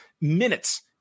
minutes